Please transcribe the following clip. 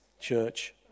church